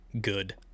good